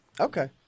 Okay